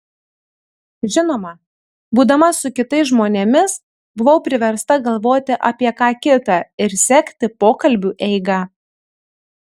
žinoma būdama su kitais žmonėmis buvau priversta galvoti apie ką kita ir sekti pokalbių eigą